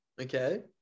Okay